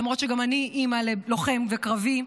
למרות שגם אני אימא ללוחם וקרבי,